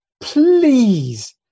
Please